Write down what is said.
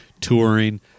touring